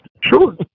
Sure